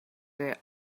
their